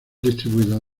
distribuidos